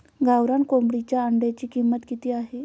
गावरान कोंबडीच्या अंड्याची किंमत किती आहे?